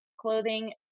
clothing